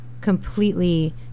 completely